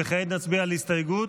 וכעת נצביע על הסתייגות,